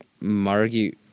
Margie